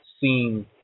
seen